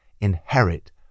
inherit